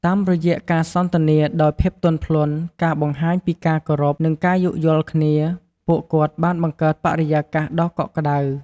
តាមរយៈការសន្ទនាដោយភាពទន់ភ្លន់ ការបង្ហាញពីការគោរព និងការយោគយល់គ្នា ពួកគាត់បានបង្កើតបរិយាកាសដ៏កក់ក្ដៅ។